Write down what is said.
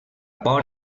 por